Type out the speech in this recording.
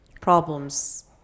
problems